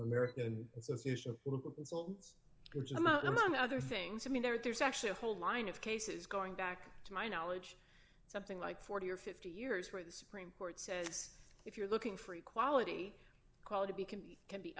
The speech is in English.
out among other things i mean there's actually a whole line of cases going back to my knowledge something like forty or fifty years where the supreme court says if you're looking for equality equality be can be can be